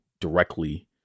directly